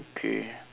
okay